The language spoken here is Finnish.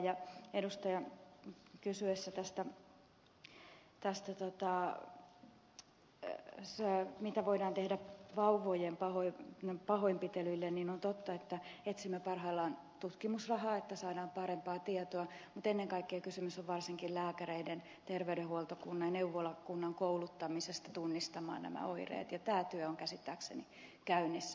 kun edustaja kysyi mitä voidaan tehdä vauvojen pahoinpitelyille niin on totta että etsimme parhaillaan tutkimusrahaa niin että saadaan parempaa tietoa mutta ennen kaikkea kysymys on varsinkin lääkäreiden terveydenhuoltohenkilökunnan ja neuvolahenkilökunnan kouluttamisesta tunnistamaan nämä oireet ja tämä työ on käsittääkseni käynnissä